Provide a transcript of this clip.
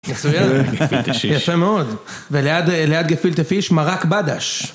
יפה מאוד, וליד גפילטע פיש מרק בדש.